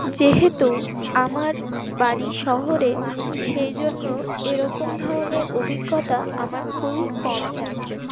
যেহেতু আমার বাড়ি শহরে সেই জন্য এরকম ধরনের অভিজ্ঞতা আমার খুবই কমই আছে